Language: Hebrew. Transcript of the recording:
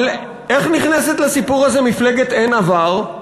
אבל איך נכנסת לסיפור הזה מפלגת "אין עבר"?